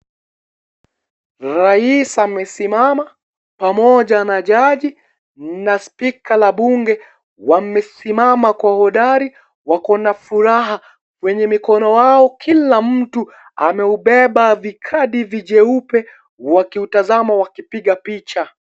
Rais amesimama pamoja na jaji na spika la bunge wamesimama kwa uhodari wako na furaha, kwenye mikono yao kila mtu ameubeba vikadi vyeupe wakiutazama wakiupiga picha.